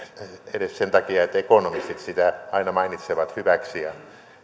edes sen takia että ekonomistit sitä aina mainitsevat hyväksi ja